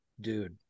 Dude